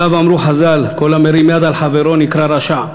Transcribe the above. עליו אמרו חז"ל: כל המרים יד על חברו נקרא רשע.